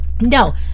no